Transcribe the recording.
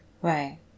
right